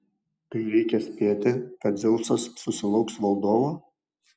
tai reikia spėti kad dzeusas susilauks valdovo